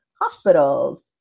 hospitals